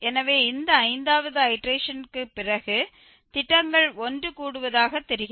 எனவே இந்த ஐந்தாவது ஐடேரேஷன்ற்குப் பிறகு திட்டங்கள் ஒன்றுகூடுவதாகத் தெரிகிறது